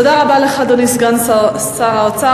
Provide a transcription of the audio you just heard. תודה רבה לך, אדוני סגן שר האוצר.